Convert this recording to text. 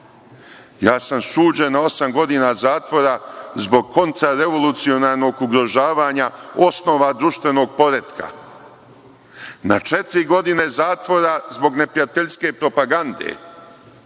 Ja sam suđen na osam godina zatvora zbog kontrarevolucionarnog ugrožavanja osnova društvenog poretka, na četiri godine zatvora zbog neprijateljske propagande,